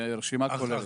זה רשימה כוללת.